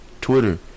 Twitter